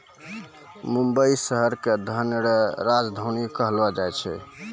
मुंबई शहर के धन रो राजधानी कहलो जाय छै